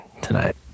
tonight